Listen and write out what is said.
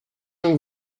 donc